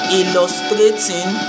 illustrating